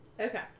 Okay